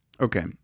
okay